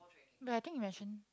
but I think you mention